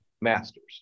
masters